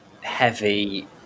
heavy